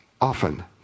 Often